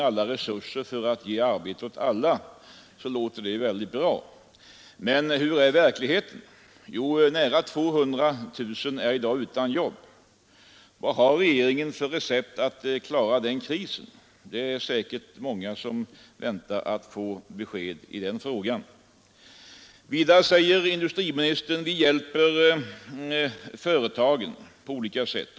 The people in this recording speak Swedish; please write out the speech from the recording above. Jo, nära 200 000 människor är i dag utan jobb. Vad har regeringen för recept för att klara den krisen? Det är säkert många som väntar på besked i den frågan. Vidare säger industriministern: Vi hjälper företagen på olika sätt.